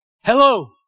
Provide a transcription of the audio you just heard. Hello